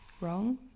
wrong